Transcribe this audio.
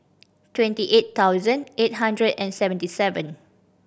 twenty eight thousand eight hundred and seventy seven